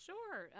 Sure